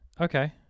Okay